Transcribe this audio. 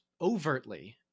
overtly